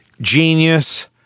Genius